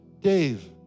Dave